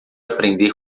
aprender